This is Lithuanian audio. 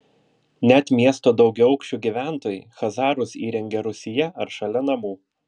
net miesto daugiaaukščių gyventojai chazarus įrengia rūsyje ar šalia namų